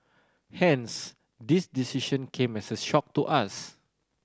hence this decision came as a shock to us